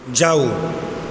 जाउ